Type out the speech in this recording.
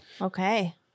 Okay